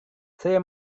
saya